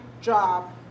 job